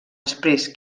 després